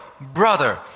brother